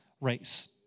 race